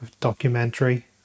documentary